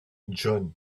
john